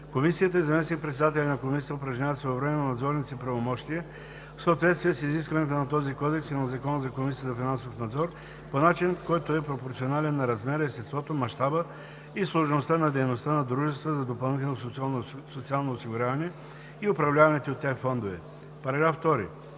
Комисията и заместник-председателят на комисията упражняват своевременно надзорните си правомощия в съответствие с изискванията на този кодекс и на Закона за Комисията за финансов надзор по начин, който е пропорционален на размера, естеството, мащаба и сложността на дейността на дружествата за допълнително социално осигуряване и управляваните от тях фондове.“